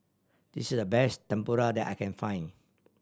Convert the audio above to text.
this is the best Tempura that I can find